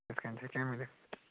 یِتھ کَنۍ تہِ ہیٚکیٛاہ مِلِتھ